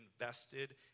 invested